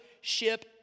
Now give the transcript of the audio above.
ship